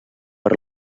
per